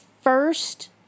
first